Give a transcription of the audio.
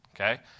Okay